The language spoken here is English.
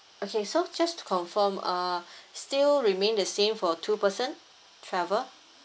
okay so just to confirm uh still remain the same for two person travel